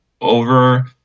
over